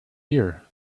year